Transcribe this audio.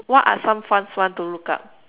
what are some fun ones to look up